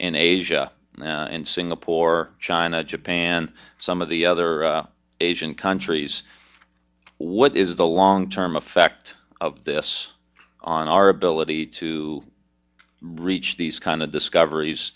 in asia and singapore china japan some of the other asian countries what is the long term effect of this on our ability to reach these kind of discoveries